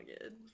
good